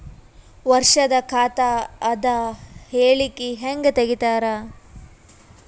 ವರ್ಷದ ಖಾತ ಅದ ಹೇಳಿಕಿ ಹೆಂಗ ತೆಗಿತಾರ?